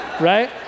Right